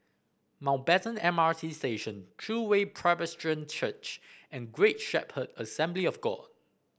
Mountbatten M R T Station True Way Presbyterian Church and Great Shepherd Assembly of God